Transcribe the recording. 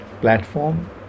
platform